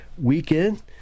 weekend